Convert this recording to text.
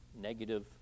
negative